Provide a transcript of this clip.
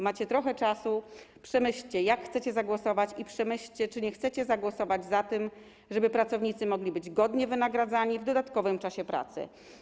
Macie trochę czasu, więc przemyślcie, jak chcecie zagłosować, i przemyślcie, czy nie chcecie zagłosować za tym, żeby pracownicy mogli być godnie wynagradzani w dodatkowym czasie pracy.